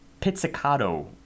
pizzicato